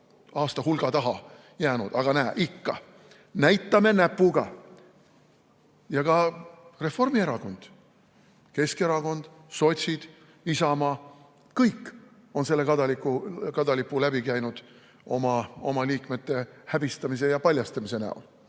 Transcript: aasta taha jäänud, aga näe, ikka näitame näpuga. Ja ka Reformierakond, Keskerakond, sotsid, Isamaa – kõik on selle kadalipu läbi käinud oma liikmete häbistamise ja paljastamise näol.